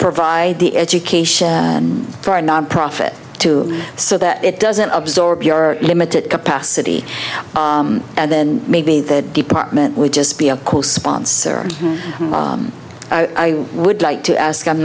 provide the education for a nonprofit too so that it doesn't absorb your limited capacity and then maybe the department would just be a co sponsor i would like to ask i'm